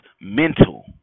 mental